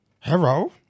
Hello